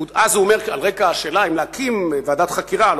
על רקע השאלה אם להקים ועדת חקירה הלוא